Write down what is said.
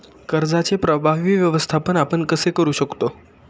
कर्जाचे प्रभावी व्यवस्थापन आपण कसे करु शकतो?